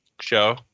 show